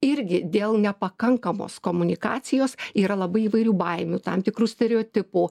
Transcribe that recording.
irgi dėl nepakankamos komunikacijos yra labai įvairių baimių tam tikrų stereotipų